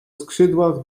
skrzydłach